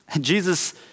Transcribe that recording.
Jesus